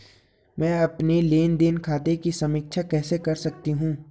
मैं अपने लेन देन खाते की समीक्षा कैसे कर सकती हूं?